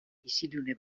isilune